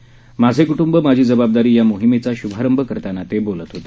माझे कुटुंब माझी जबाबदारी या मोहिमेचा शुभारंभ करतांना ते बोलत होते